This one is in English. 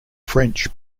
french